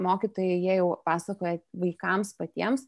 mokytojai jie jau pasakoja vaikams patiems